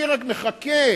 אני רק מחכה